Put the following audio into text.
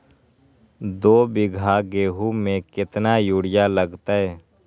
दो बीघा गेंहू में केतना यूरिया लगतै?